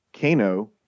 Kano